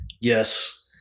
yes –